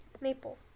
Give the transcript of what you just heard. Maple